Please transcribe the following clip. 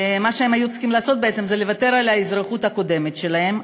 מה שהם היו צריכים לעשות בעצם זה לוותר על האזרחות הקודמת שלהם.